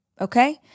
okay